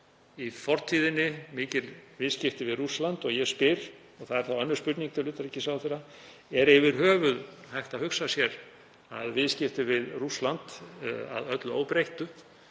í fortíðinni mikil viðskipti við Rússland og ég spyr, og það er þá önnur spurning til utanríkisráðherra: Er yfir höfuð hægt að hugsa sér viðskipti við Rússland, að öllu óbreyttu,